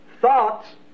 thoughts